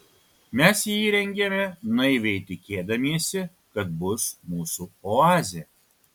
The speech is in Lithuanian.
mes jį įrengėme naiviai tikėdamiesi kad bus mūsų oazė